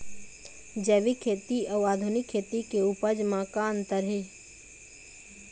जैविक खेती अउ आधुनिक खेती के उपज म का अंतर हे?